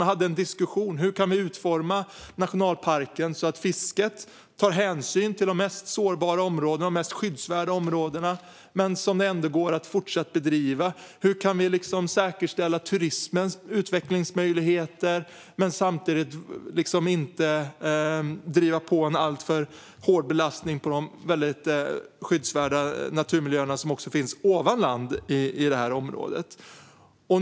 Man hade en diskussion om hur nationalparken skulle utformas, så att fisket tar hänsyn till de mest sårbara och skyddsvärda områdena men man ändå kan fortsätta att bedriva fiske, hur man kan säkerställa turismens utvecklingsmöjligheter men samtidigt inte driva på en alltför hård belastning på de skyddsvärda naturmiljöer som också finns ovan land i området.